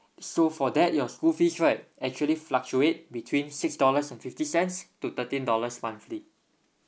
so for that your school fees right actually fluctuate between six dollars and fifty cents to thirteen dollars monthly